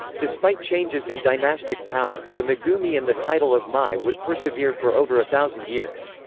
despite changes in dynastic power, the magumi and the title of mai would persevere for over a thousand years.